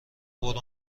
برو